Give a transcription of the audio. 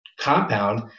compound